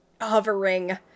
hovering